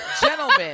gentlemen